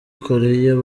koreya